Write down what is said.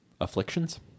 Afflictions